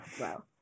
wow